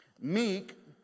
Meek